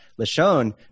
Lashon